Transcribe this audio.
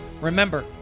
Remember